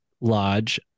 lodge